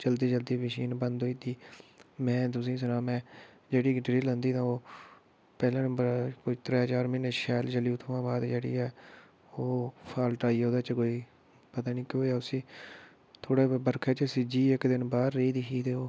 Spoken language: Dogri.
चलदी चलदी मशीन बंद होई जंदी में तुसेंगी सनां में जेह्ड़ी ड्रिल आंदी ता ओह् पैह्ले नंबर कोई त्रै चार म्हीने शैल चली उत्थुआं बाद जेह्ड़ी ऐ ओह् फाल्ट आई गेआ ओह्दे च कोई पता नी केह् होएआ उसी थोह्ड़ा बरखा च सिज्जी इक दिन बाह्र रेही गेदी ही ते ओह्